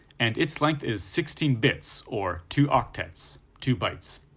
and its length is sixteen bits, or two octets, two bytes.